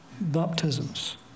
baptisms